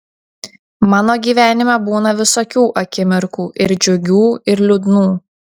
mano gyvenime būna visokių akimirkų ir džiugių ir liūdnų